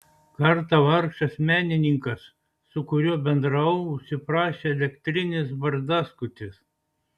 kartą vargšas menininkas su kuriuo bendravau užsiprašė elektrinės barzdaskutės